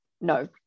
no